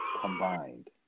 combined